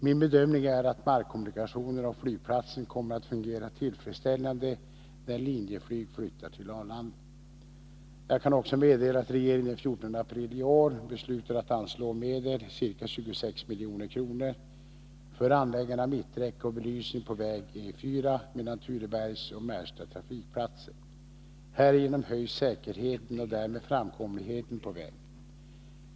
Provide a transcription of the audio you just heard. Min bedömning är att markkommunikationerna och flygplatsen kommer att fungera tillfredsställande när Linjeflyg flyttar till Arlanda. Jag kan också meddela att regeringen den 14 april i år beslutade att anslå medel— ca 26 milj.kr. — för anläggande av mitträcke och belysning på väg E 4 mellan Turebergs och Märsta trafikplatser. Härigenom höjs säkerheten och därmed framkomligheten på vägen.